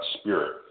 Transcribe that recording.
spirit